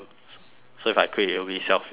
so if I quit it will be selfish as well